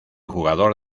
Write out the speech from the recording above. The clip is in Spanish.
jugador